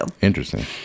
Interesting